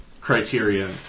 criteria